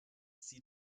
sie